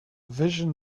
vision